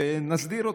ונסדיר אותו.